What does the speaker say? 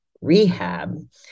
rehab